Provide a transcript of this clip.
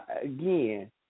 again